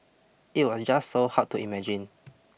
it was just so hard to imagine